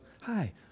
Hi